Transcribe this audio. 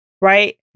right